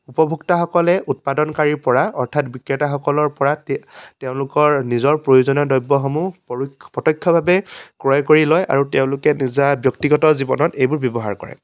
উপভোক্তাসকলে উৎপাদনকাৰীৰ পৰা অৰ্থাৎ বিক্ৰেতাসকলৰ পৰা তে তেওঁলোকৰ নিজৰ প্ৰয়োজনীয় দ্ৰব্যসমূহ পৰোক্ষ প্ৰত্যক্ষভাৱে ক্ৰয় কৰি লয় আৰু তেওঁলোকে নিজা ব্যক্তিগত জীৱনত এইবোৰ ব্যৱহাৰ কৰে